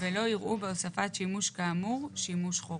ולא יראו בהוספת שימוש כאמור שימוש חורג.